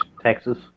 texas